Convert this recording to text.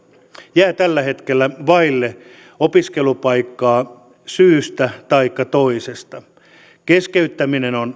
jää tällä hetkellä vaille opiskelupaikkaa syystä taikka toisesta keskeyttämisiä on on